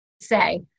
say